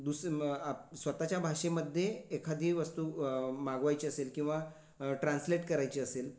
दुस म स्वतःच्या भाषेमध्ये एखादी वस्तू मागवायची असेल किंवा ट्रांसलेत करायची असेल